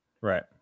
Right